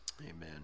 Amen